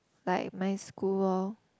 like my school